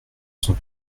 sont